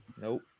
Nope